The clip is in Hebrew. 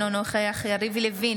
אינו נוכח יריב לוין,